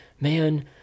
man